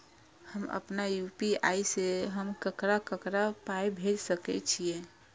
हम आपन यू.पी.आई से हम ककरा ककरा पाय भेज सकै छीयै?